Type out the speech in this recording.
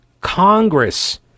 Congress